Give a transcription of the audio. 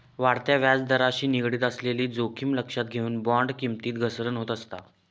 वाढत्या व्याजदराशी निगडीत असलेली जोखीम लक्षात घेऊन, बॉण्ड किमतीत घसरण होत असता